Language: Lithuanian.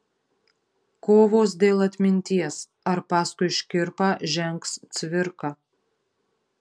kovos dėl atminties ar paskui škirpą žengs cvirka